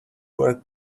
were